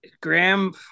Graham